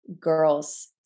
girls